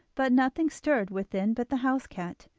but nothing stirred within but the house cat,